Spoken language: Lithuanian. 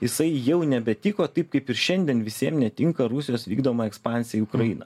jisai jau nebetiko taip kaip ir šiandien visiem netinka rusijos vykdoma ekspansija į ukrainą